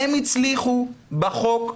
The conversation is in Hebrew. הן הצליחו בחוק.